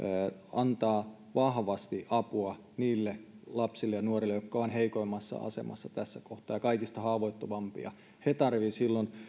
antaa vahvasti apua niille lapsille ja nuorille jotka ovat heikoimmassa asemassa tässä kohtaa ja kaikista haavoittuvimpia he tarvitsevat silloin